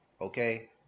okay